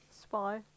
Spy